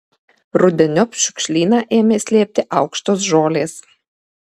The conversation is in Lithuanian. rudeniop šiukšlyną ėmė slėpti aukštos žolės